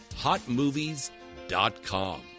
HotMovies.com